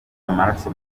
amaraso